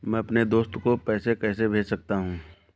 मैं अपने दोस्त को पैसे कैसे भेज सकता हूँ?